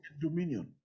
dominion